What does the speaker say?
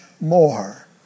more